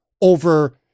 over